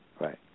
right